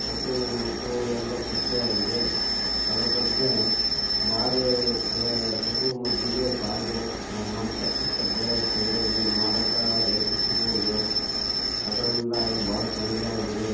ಮದ್ದೂ ಎಲ್ಲ ತುಟ್ಟಿ ಆಗಿದೆ ಅದರ ಬಗ್ಗೆ ಭಾರಿ ತೇ ಮದ್ದಿಗೆ ಸಾಲದು ನಾವು ಮಾಡ್ತಕ್ಕಂಥ ಬೆಳೆ ಸರಿಯಾಗಿ ಮಾರಾಟ ರೇಟ್ ಸಿಗುವಲ್ದು ಅದ್ರಿಂದಾಗಿ ಭಾಳ ತೊಂದರೆಯಾಗಿದೆ